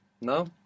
no